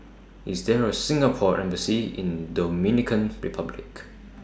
IS There A Singapore Embassy in Dominican Republic